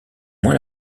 moins